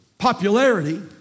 popularity